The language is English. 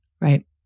Right